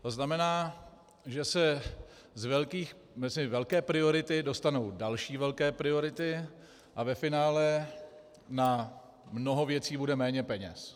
To znamená, že se mezi velké priority dostanou další velké priority a ve finále na mnoho věcí bude méně peněz.